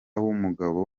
w’umugabo